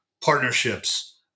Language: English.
partnerships